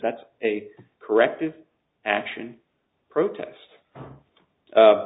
that's a corrective action protest